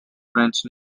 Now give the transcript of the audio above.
french